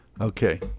okay